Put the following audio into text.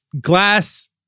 glass